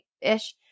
Ish